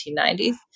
1990s